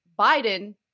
Biden